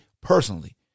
personally